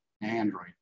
Android